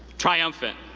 triumphant.